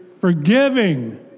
Forgiving